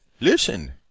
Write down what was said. Listen